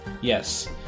Yes